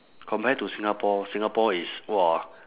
compared to singapore singapore is !wah!